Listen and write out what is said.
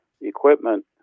equipment